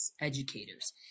educators